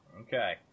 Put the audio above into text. okay